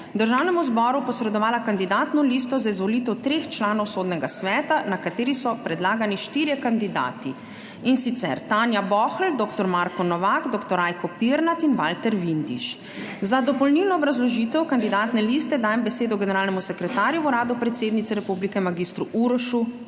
Državnemu zboru posredovala Kandidatno listo za izvolitev treh članov Sodnega sveta, na kateri so predlagani štirje kandidati, in sicer Tanja Bohl, dr. Marko Novak, dr. Rajko Pirnat in Valter Vindiš. Za dopolnilno obrazložitev kandidatne liste dajem besedo generalnemu sekretarju v Uradu predsednice republike mag. Urošu